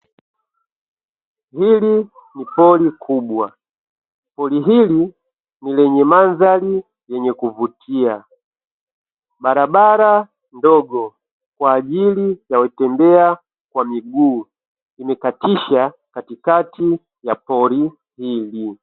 Hili ni pori kubwa. Pori hili lenye mandhari yenye kuvutia. Barabara ndogo kwa ajili ya kutembea kwa miguu, imekatisha katikati ya pori hili.